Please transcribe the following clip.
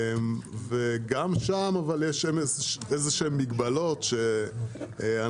אבל גם שם יש מגבלות שהן ביסוד המודל